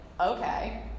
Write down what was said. Okay